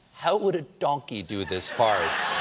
how would a donkey do this part?